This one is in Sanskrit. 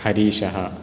हरीशः